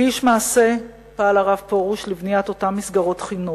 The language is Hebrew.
כאיש מעשה פעל הרב פרוש לבניית אותן מסגרות חינוך.